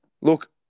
Look